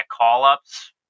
call-ups